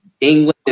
England